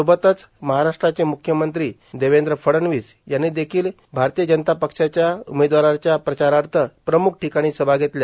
सोबतच महाराष्ट्राचे मुख्यमंत्री देवेंद्र फडणवीस यांनी देखिल भाजपा उमेदवाराच्या प्रचारार्थ प्रमुख ठिकाणी सभा घेतल्या